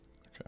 Okay